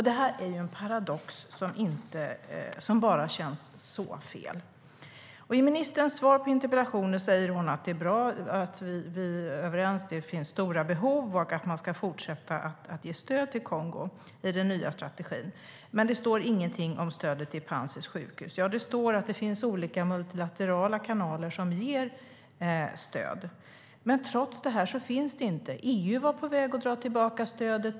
Det är en paradox som känns helt fel. Ministern säger i sitt interpellationssvar att är bra att vi är överens om att det finns stora behov och att Sverige ska fortsätta att ge stöd till Kongo i den nya strategin. Det sägs dock inget om stöd till Panzisjukhuset. Det sägs visserligen att det finns olika multilaterala kanaler som ger stöd, men EU var på väg att dra tillbaka stödet.